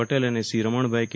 પટેલ અને શ્રી રમણભાઈ કે